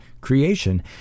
creation